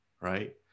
right